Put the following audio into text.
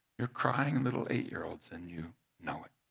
your crying little eight year olds in you know it.